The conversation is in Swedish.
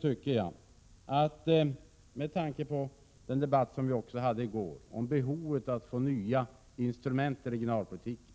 Mot den bakgrunden, och även med tanke på den debatt som vi hade i går om behovet att få nya instrument på regionalpolitikens område, tycker